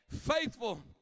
faithful